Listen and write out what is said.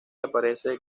aparece